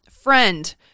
friend